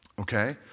Okay